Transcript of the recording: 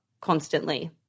constantly